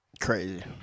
Crazy